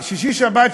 בשישי-שבת,